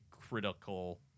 critical